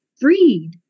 freed